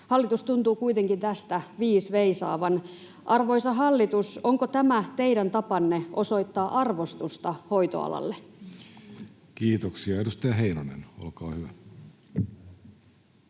Hallitus tuntuu kuitenkin tästä viis veisaavan. Arvoisa hallitus, onko tämä teidän tapanne osoittaa arvostusta hoitoalalle? [Speech 65] Speaker: Jussi Halla-aho